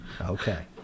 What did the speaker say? Okay